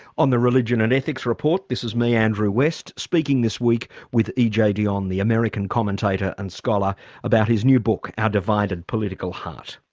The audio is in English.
on the religion and ethics report this is me, andrew west, speaking this week with ej dionne, the american commentator and scholar about his new book, our divided political heart.